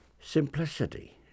simplicity